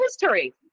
history